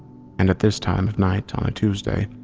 and at this time of night on a tuesday,